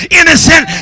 innocent